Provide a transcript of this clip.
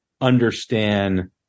understand